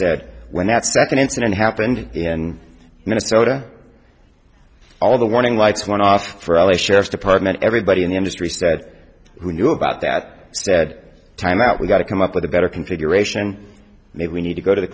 so when that second incident happened in minnesota all the warning lights went off for all a sheriff's department everybody in the industry said who knew about that said time out we've got to come up with a better configuration maybe we need to go to the